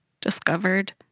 discovered